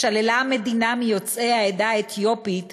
שללה המדינה מיוצאי העדה האתיופית